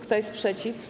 Kto jest przeciw?